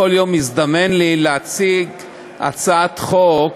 מזדמן לי להציג בכזאת שמחה הצעת חוק